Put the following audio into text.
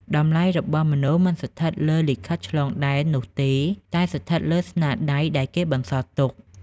តម្លៃរបស់មនុស្សមិនស្ថិតលើ "លិខិតឆ្លងដែន" នោះទេ តែស្ថិតលើ "ស្នាដៃ" ដែលគេបន្សល់ទុក។